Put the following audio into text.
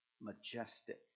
majestic